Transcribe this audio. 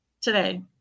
today